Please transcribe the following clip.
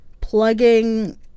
plugging